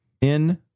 in-